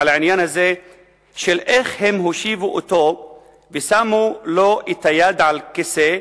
על העניין הזה של איך הם הושיבו אותו ושמו לו את היד על כיסא,